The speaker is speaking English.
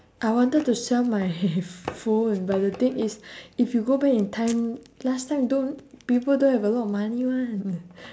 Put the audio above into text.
I wanted to sell my phone but the thing is if you go back in time last time don't people don't have a lot of money [one]